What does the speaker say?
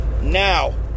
Now